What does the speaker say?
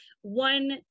one